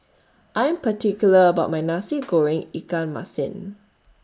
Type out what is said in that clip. I'm particular about My Nasi Goreng Ikan Masin